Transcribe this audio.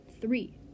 three